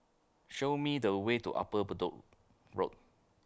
Show Me The Way to Upper Bedok Road